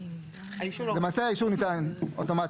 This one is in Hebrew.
למעשה האישור ניתן אוטומטית,